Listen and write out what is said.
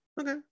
Okay